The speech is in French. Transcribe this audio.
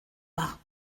pas